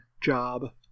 job